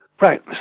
Right